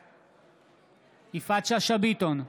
בעד יפעת שאשא ביטון,